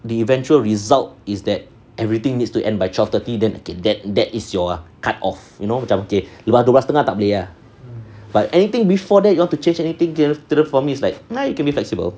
the eventual result is that everything needs to end by twelve thirty then that that is your cut off you know dua belas tak boleh ah but anything before that you want to change anything kira for me is like now you can be flexible